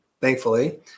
thankfully